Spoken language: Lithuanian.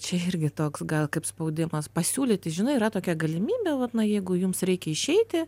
čia irgi toks gal kaip spaudimas pasiūlyti žinai yra tokia galimybė vat na jeigu jums reikia išeiti